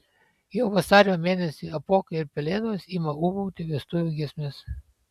jau vasario mėnesį apuokai ir pelėdos ima ūbauti vestuvių giesmes